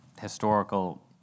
historical